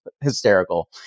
hysterical